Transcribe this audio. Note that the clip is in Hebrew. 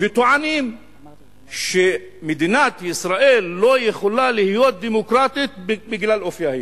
וטוענים שמדינת ישראל לא יכולה להיות דמוקרטית בגלל אופיה היהודי.